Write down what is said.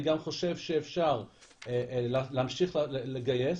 אני גם חושב שאפשר להמשיך לגייס.